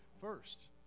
first